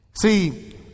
See